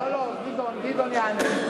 לא לא, גדעון יענה.